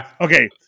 Okay